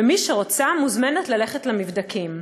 ומי שרוצה מוזמנת ללכת למבדקים.